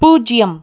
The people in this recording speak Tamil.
பூஜ்ஜியம்